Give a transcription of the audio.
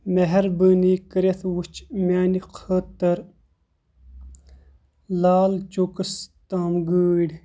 مہربٲنی کٔرِتھ وٕچھ میانہِ خٲطرٕ لال چوکس تام گٲڑۍ